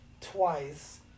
twice